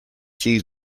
choose